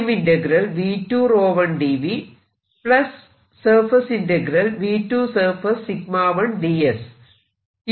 ഇവിടെ 𝜌2 0 ആണല്ലോ